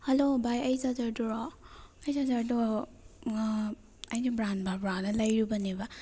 hello ꯚꯥꯏ ꯑꯩ ꯆꯥꯔꯖꯔꯗꯨꯔꯣ ꯑꯩ ꯆꯥꯔꯖꯔꯗꯣ ꯑꯩ ꯕ꯭ꯔꯥꯟ ꯕꯕꯥꯅ ꯂꯩꯔꯨꯕꯅꯦꯕ